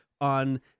on